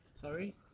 Sorry